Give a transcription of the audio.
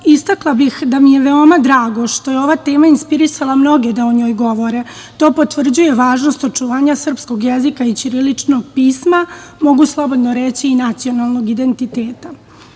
istakla bih da mi je veoma drago što je ova teme inspirisala mnoge da o njoj govore, to potvrđuje važnost očuvanja srpskog jezika i ćiriličnog pisma, mogu slobodno reći i nacionalnog identiteta,